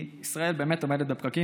ישראל באמת עומדת בפקקים.